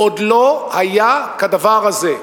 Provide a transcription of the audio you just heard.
עוד לא היה כדבר הזה.